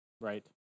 Right